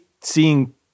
seeing